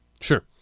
sure